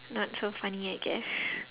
not so funny I guess